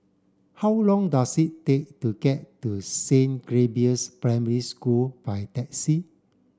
how long does it take to get to Saint Gabriel's Primary School by taxi